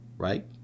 right